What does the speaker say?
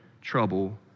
trouble